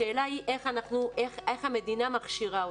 השאלה היא איך המדינה מכשירה אותן.